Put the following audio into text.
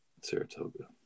Saratoga